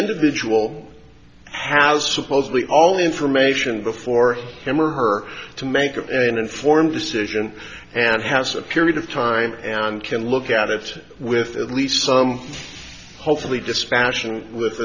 individual has supposedly all the information before him or her to make an informed decision and has a period of time and can look at it with at least some hopefully dispa